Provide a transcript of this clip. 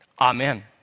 Amen